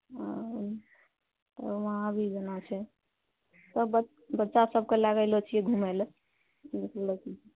ओ वहाँ भी जाना छै सब बच्चा सबके लाबए लए छिऐ घुमए लऽ